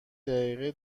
دقیقه